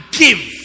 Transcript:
give